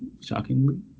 Shockingly